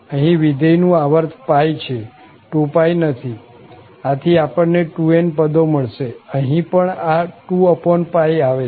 અહીં વિધેય નું આવર્ત છે 2π નથીઆથી આપણને 2n પદો મળશે અને અહીં પણ આ 2 આવે છે